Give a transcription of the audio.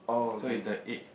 so is the eight